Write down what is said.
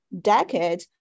decade